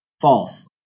False